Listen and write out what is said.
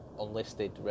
unlisted